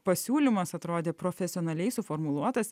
pasiūlymas atrodė profesionaliai suformuluotas